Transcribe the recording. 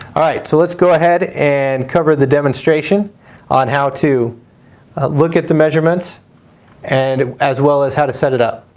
alright, so let's go ahead and cover the demonstration demonstration on how to look at the measurements and as well as how to set it up.